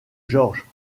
george